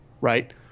right